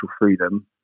freedom